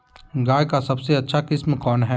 गाय का सबसे अच्छा किस्म कौन हैं?